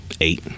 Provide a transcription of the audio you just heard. eight